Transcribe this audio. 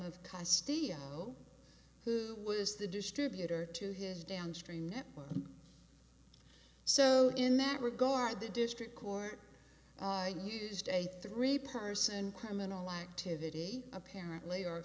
studio who was the distributor to his downstream network so in that regard the district court i used a three person criminal activity apparently or